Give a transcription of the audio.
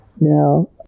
Now